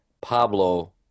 Pablo